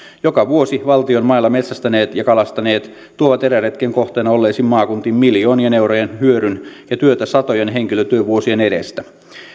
joka vuosi valtion mailla metsästäneet ja kalastaneet tuovat eräretken kohteena olleisiin maakuntiin miljoonien eurojen hyödyn ja työtä satojen henkilötyövuosien edestä